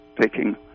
taking